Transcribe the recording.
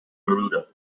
garuda